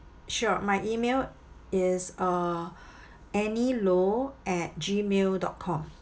sure my email is uh annie low at gmail dot com